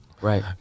Right